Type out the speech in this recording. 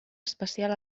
especial